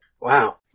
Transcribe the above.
Wow